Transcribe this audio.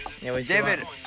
David